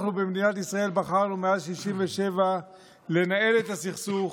אנחנו במדינת ישראל בחרנו מאז 67' לנהל את הסכסוך